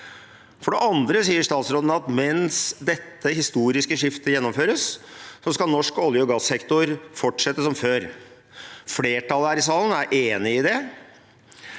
For det andre sier statsråden at mens dette historiske skiftet gjennomføres, skal norsk olje- og gassektor fortsette som før. Flertallet her i salen er enig i det.